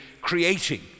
creating